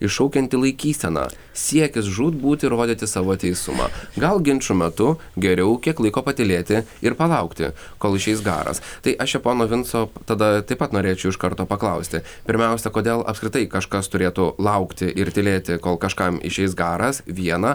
iššaukianti laikysena siekis žūtbūt įrodyti savo teisumą gal ginčo metu geriau kiek laiko patylėti ir palaukti kol išeis garas tai aš čia pono vinco tada taip pat norėčiau iš karto paklausti pirmiausia kodėl apskritai kažkas turėtų laukti ir tylėti kol kažkam išeis garas viena